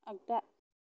आग्दा